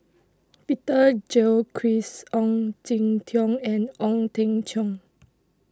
Peter Gilchrist Ong Jin Teong and Ong Teng Cheong